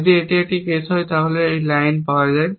যদি এটি একটি কেস হয় তাহলে লাইন পাওয়া যায়